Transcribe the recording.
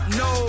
no